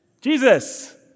Jesus